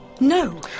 No